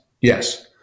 Yes